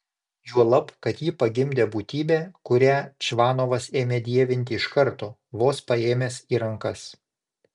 juolab kad ji pagimdė būtybę kurią čvanovas ėmė dievinti iš karto vos paėmęs į rankas